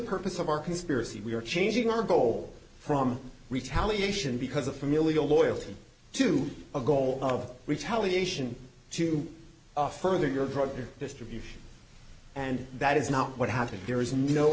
purpose of our conspiracy we are changing our goal from retaliation because of familial loyalty to a goal of retaliation to further your drug distribution and that is not what happened there is no